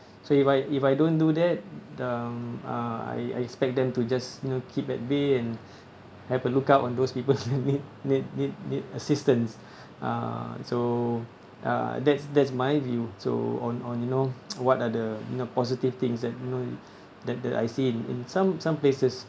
so if I if I don't do that um uh I I expect them to just you know keep at bay and have a lookout on those people that need need need need assistance uh so ya that's that's my view on on on you know what are the you know positive things that you know that that I've seen in some some places